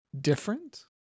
Different